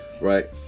right